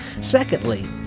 Secondly